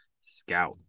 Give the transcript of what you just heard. Scout